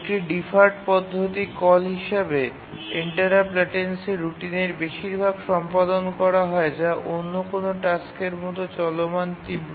একটি ডিফার্ড পদ্ধতি কল হিসাবে ইন্টারাপ্ট লেটেন্সি রুটিনের বেশির ভাগ সম্পাদন করা হয় যা অন্য কোনও টাস্কের মতো চলতে থাকে